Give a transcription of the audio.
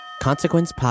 Consequence